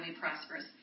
prosperous